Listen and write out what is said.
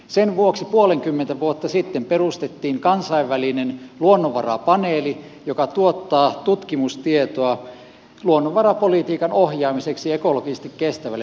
sen vuoksi puolenkymmentä vuotta sitten perustettiin kansainvälinen luonnonvarapaneeli joka tuottaa tutkimustietoa luonnonvarapolitiikan ohjaamiseksi ekologisesti kestävälle polulle